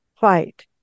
fight